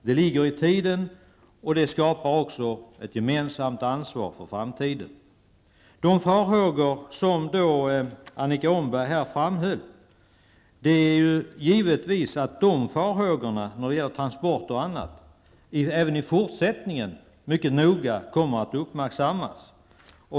Det ligger i tiden, och det skapar ett gemensamt ansvar för framtiden. Annika Åhnbergs farhågor i fråga om transporter och annat kommer givetvis även i fortsättningen mycket noga att uppmärksammas.